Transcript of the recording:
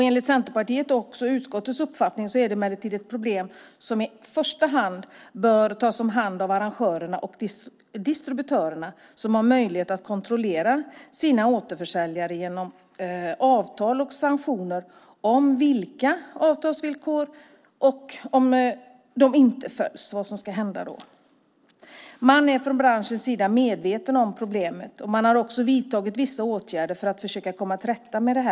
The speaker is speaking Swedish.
Enligt Centerpartiets och utskottets uppfattning är detta emellertid ett problem som i första hand bör tas om hand av arrangörerna och distributörerna som har möjlighet att kontrollera sina återförsäljare genom avtal och sanktioner om de inte följer avtalsvillkoren. Man är från branschen medveten om problemet, och man har också vidtagit vissa åtgärder för att försöka komma till rätta med det.